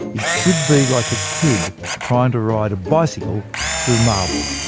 it should be like a kid trying to ride a bicycle through marbles.